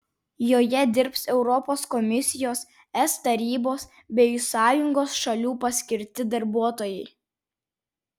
joje dirbs europos komisijos es tarybos bei sąjungos šalių paskirti darbuotojai